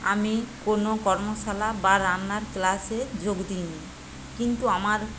আমি কোনো কর্মশালা বা রান্নার ক্লাসে যোগ দিইনি কিন্তু আমার